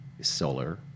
solar